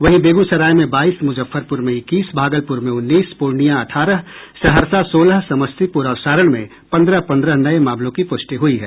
वहीं बेगूसराय में बाईस मुजफ्फरपुर में इक्कीस भागलपुर में उन्नीस पूर्णिया अब्ठारह सहरसा सोलह समस्तीपुर और सारण में पन्द्रह पन्द्रह नये मामलों की पुष्टि हुई है